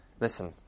Listen